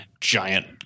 giant –